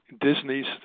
Disney's